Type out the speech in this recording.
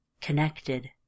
Connected